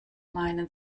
meinen